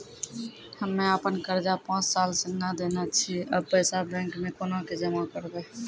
हम्मे आपन कर्जा पांच साल से न देने छी अब पैसा बैंक मे कोना के जमा करबै?